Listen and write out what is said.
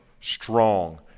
strong